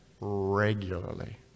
regularly